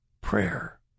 prayer